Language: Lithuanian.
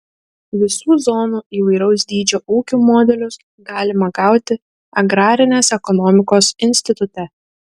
visų zonų įvairaus dydžio ūkių modelius galima gauti agrarinės ekonomikos institute